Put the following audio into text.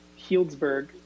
Healdsburg